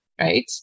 right